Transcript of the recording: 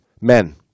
Men